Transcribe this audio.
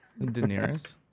Daenerys